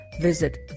visit